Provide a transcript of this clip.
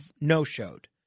no-showed